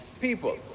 people